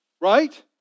right